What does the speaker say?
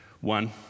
One